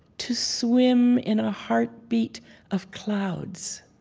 to swim in a heartbeat of clouds.